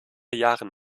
jahren